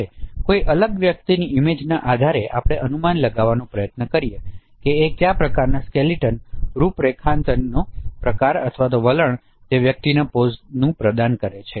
અને કોઈ અલગ વ્યક્તિની ઇમેજના આધારે આપણે અનુમાન લગાવવાનો પ્રયત્ન કરીએ કે કયા પ્રકારનાં સ્કેલેટન રૂપરેખાંકનો પ્રકાર અથવા વલણ તે વ્યક્તિના પોઝનું પ્રદાન કરે છે